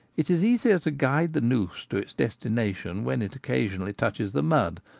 it is easier to guide the noose to its destination when it occasionally touches the mud,